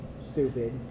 stupid